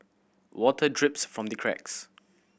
water drips from the cracks